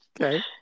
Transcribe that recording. Okay